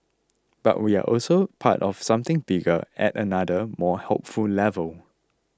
but we are also part of something bigger at another more hopeful level